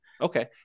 Okay